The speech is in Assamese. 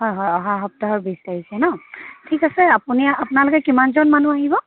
হয় হয় অহা সপ্তাহৰ বিছ তাৰিখে ন ঠিক আছে আপুনি আপোনালোকে কিমানজন মানুহ আহিব